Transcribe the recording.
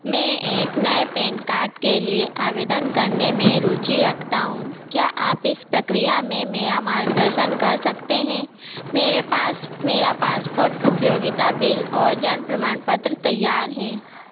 मैं एक नए पैन कार्ड के लिए आवेदन करने में रुचि रखता हूँ क्या आप इस प्रक्रिया में मेरा मार्गदर्शन कर सकते हैं मेरे पास मेरा पासपोर्ट उपयोगिता बिल और जन्म प्रमाण पत्र तैयार है